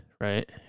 right